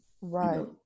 Right